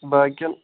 باقٕیَن